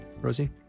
Rosie